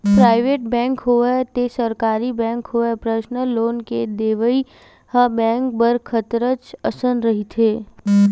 private bank होवय ते सरकारी बेंक होवय परसनल लोन के देवइ ह बेंक बर खतरच असन रहिथे